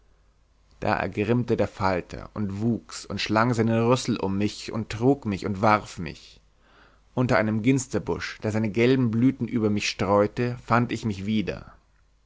da ergrimmte der falter und wuchs und schlang seinen rüssel um mich und trug mich und warf mich unter einem ginsterbusch der seine gelben blüten über mich streute fand ich mich wieder